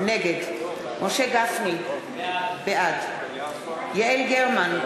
נגד משה גפני, בעד יעל גרמן,